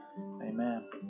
Amen